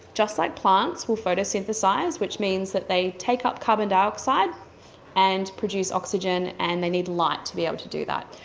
just like plants, will photosynthesise, which means that they take up carbon dioxide and produce oxygen and they need light to be able to do that.